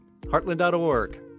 heartland.org